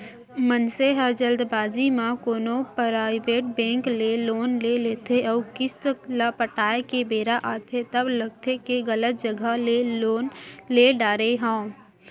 मनसे ह जल्दबाजी म कोनो पराइबेट बेंक ले लोन ले लेथे अउ किस्त ल पटाए के बेरा आथे तब लगथे के गलत जघा ले लोन ले डारे हँव